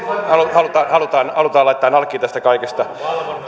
halutaan halutaan laittaa nalkkiin tästä kaikesta